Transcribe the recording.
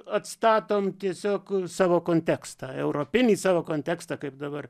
atstatom tiesiog savo kontekstą europinį savo kontekstą kaip dabar